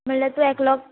म्हळ्यार तूं एकलो